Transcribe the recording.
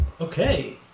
Okay